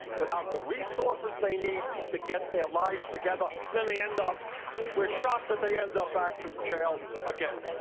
without the resources that they need to get their lives together, then they end up we're shocked that they end up back in jail again.